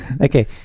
Okay